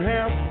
Half